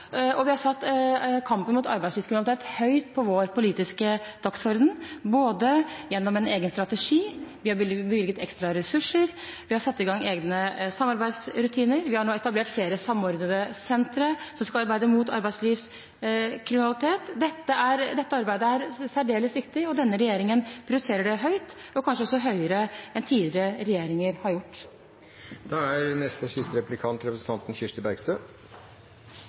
og vi har satt kampen mot arbeidslivskriminalitet høyt på vår politiske dagsorden gjennom en egen strategi, vi har bevilget ekstra ressurser, vi har satt i gang egne samarbeidsrutiner, og vi har nå etablert flere samordnede sentre som skal arbeide mot arbeidslivskriminalitet. Dette arbeidet er særdeles viktig, og denne regjeringen prioriterer det høyt, og kanskje også høyere enn tidligere regjeringer har gjort. Statsråden sa i sitt innlegg at adgangen til innleie skal være et supplement, og